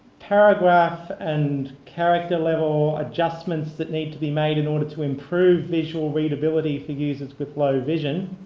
paragraph and character level adjustments that need to be made in order to improve visual readability for users with low vision.